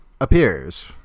appears